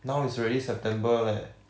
now is already september leh